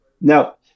Now